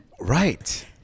Right